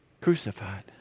crucified